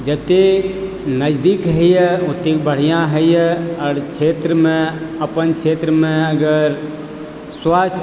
जतेक नजदीक होइए ओतेक बढ़िआँ होइए आओर क्षेत्रमे अपन क्षेत्रमे अगर स्वास्थ्य